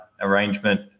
arrangement